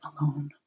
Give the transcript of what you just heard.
alone